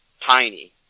tiny